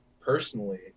personally